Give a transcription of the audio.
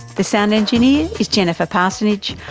the sound engineer is jennifer parsonage.